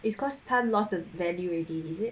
it's cause 他 lost the value already is it